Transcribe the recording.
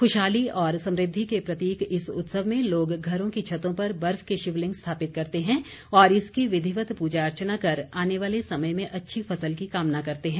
खुशहाली और समृद्धि के प्रतीक इस उत्सव में लोग घरों की छतों पर बर्फ के शिवलिंग स्थापित करते हैं और इसकी विधिवत पूजा अर्चना कर आने वाले समय में अच्छी फसल की कामना करते हैं